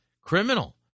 criminal